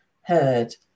heard